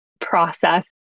process